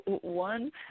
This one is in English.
one